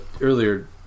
earlier